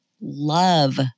love